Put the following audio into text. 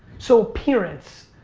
so appearance,